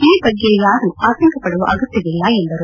ಈ ಬಗ್ಗೆ ಯಾರೂ ಆತಂಕಪಡುವ ಅಗತ್ನವಿಲ್ಲ ಎಂದರು